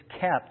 kept